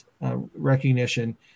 recognition